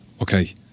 okay